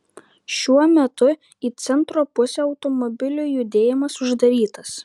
šiuo metu į centro pusę automobilių judėjimas uždarytas